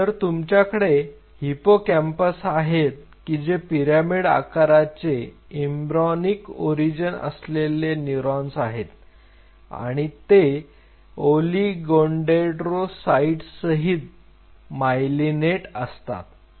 तर तुमच्याकडे हिपोकॅम्पस आहेत की जे पिरॅमिड आकाराचे एम्ब्र्योनिक ओरिजिन असलेले न्यूरॉन्स आहेत आणि ते ओलीगोडेंडरोसाईटसहित मायलीनेट असतात